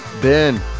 Ben